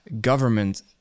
government